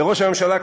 לראש הממשלה,